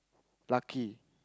lucky